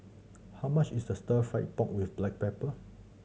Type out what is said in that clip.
how much is the Stir Fry pork with black pepper